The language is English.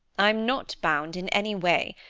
i'm not bound in any way,